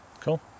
cool